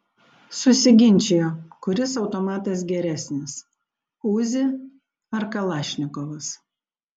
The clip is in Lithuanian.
susiginčijo kuris automatas geresnis uzi ar kalašnikovas